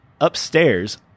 upstairs